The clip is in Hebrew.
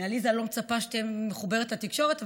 מעליזה אני לא מצפה שתהיה מחוברת לתקשורת,